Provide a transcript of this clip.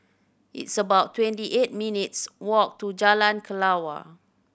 it's about twenty eight minutes' walk to Jalan Kelawar